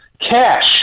Cash